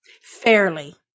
Fairly